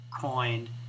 coined